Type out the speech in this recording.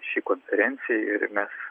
ši konferencija ir mes